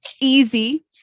easy